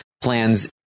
plans